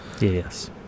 Yes